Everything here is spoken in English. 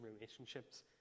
relationships